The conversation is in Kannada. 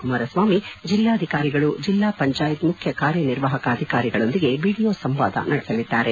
ಕುಮಾರಸ್ವಾಮಿ ಜಿಲ್ಲಾಧಿಕಾರಿಗಳು ಜಿಲ್ಲಾ ಪಂಚಾಯತ್ ಮುಖ್ಚ ಕಾರ್ಯನಿರ್ವಾಹಕ ಅಧಿಕಾರಿಗಳೊಂದಿಗೆ ವಿಡಿಯೋ ಸಂವಾದ ನಡೆಸಲಿದ್ದಾರೆ